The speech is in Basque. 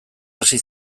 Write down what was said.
hasi